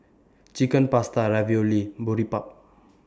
Chicken Pasta Ravioli and Boribap